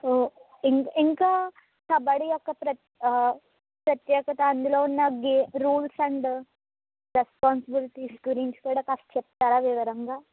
ఇంకా ఇంకా కబడ్డీ యొక్క ప్ర ప్రత్యేకత అందులో ఉన్నా గే రూల్స్ అండ్ రెస్పాన్సిబిలిటీస్ గురించి కూడా కాస్త చెప్తారా వివరంగా